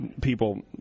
people